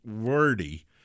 wordy